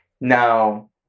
Now